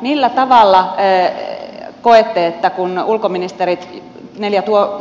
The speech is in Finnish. millä tavalla koette että kun